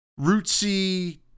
rootsy